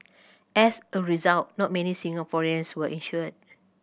as a result not many Singaporeans were insured